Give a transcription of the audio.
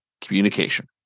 communication